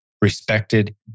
respected